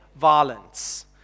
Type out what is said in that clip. violence